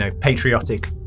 patriotic